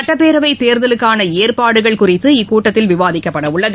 சட்டப்பேரவைத் தேர்தலுக்கான ஏற்பாடுகள் குறித்து இக்கூட்டத்தில் விவாதிக்கப்படவுள்ளது